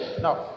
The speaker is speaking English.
No